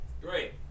Great